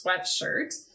sweatshirt